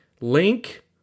link